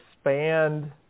expand